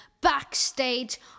Backstage